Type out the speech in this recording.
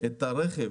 את הרכב